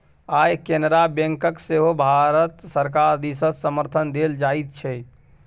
आय केनरा बैंककेँ सेहो भारत सरकार दिससँ समर्थन देल जाइत छै